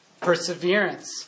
perseverance